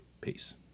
Peace